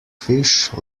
fish